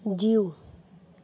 जीउ